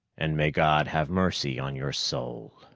and may god have mercy on your soul!